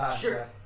Sure